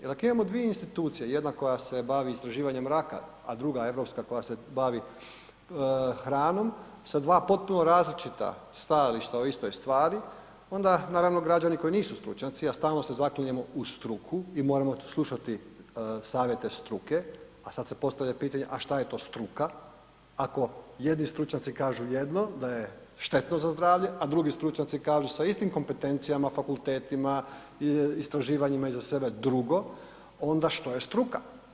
Jer ako imamo dvije institucije, jedna koja se bavi istraživanjem raka, a druga europska koja se bavi hranom sa dva potpuno različita stajališta o istoj stvari, onda naravno, građani koji nisu stručnjaci, a stalno se zaklinjemo u struku i moramo slušati savjete struke, a sad se postavlja pitanje, a što je to struka, ako jedni stručnjaci kažu jedno, da je štetno za zdravlje, a drugi stručnjaci kažu sa istim kompetencijama, fakultetima, istraživanjima iza sebe, drugo, onda što je struka?